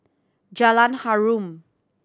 Jalan Harum